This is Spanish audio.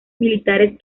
militares